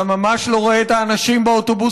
אתה ממש לא רואה את האנשים באוטובוסים,